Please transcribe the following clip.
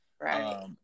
Right